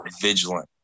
vigilant